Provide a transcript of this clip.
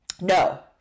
no